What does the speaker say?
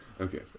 Okay